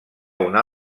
una